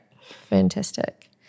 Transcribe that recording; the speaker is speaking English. Fantastic